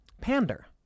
Pander